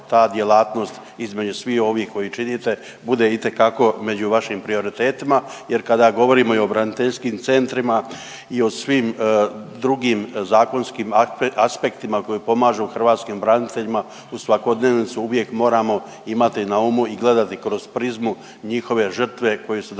ta djelatnost između svih ovih koje činite, bude itekako među vašim prioritetima jer kada govorimo i o braniteljskim centrima i o svim drugim zakonskim aspektima koji pomažu hrvatskim braniteljima u svakodnevnicu, uvijek moramo imati na umu i gledati kroz prizmu njihove žrtve koju su dali